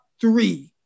three